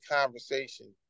conversation